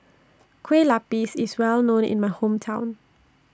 Kueh Lapis IS Well known in My Hometown